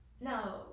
No